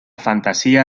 fantasía